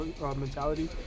mentality